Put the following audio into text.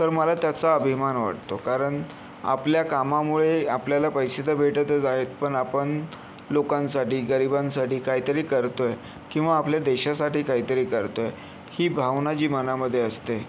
तर मला त्याचा अभिमान वाटतो कारण आपल्या कामामुळे आपल्याला पैसे तर भेटतच आहेत पण आपण लोकांसाठी गरिबांसाठी काहीतरी करतो आहे किंवा आपल्या देशासाठी काहीतरी करतो आहे ही भावना जी मनामध्ये असते